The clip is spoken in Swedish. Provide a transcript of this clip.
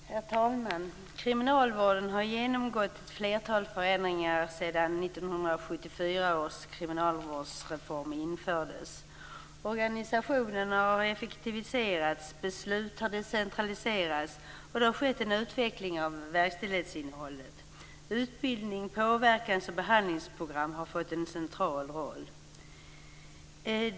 Herr talman! Kriminalvården har genomgått ett flertal förändringar sedan 1974 års kriminalvårdsreform infördes. Organisationen har effektiviserats, beslut har decentraliserats och det har skett en utveckling av verkställighetsinnehållet. Utbildning, påverkans och behandlingsprogram har fått en central roll.